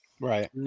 Right